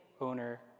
owner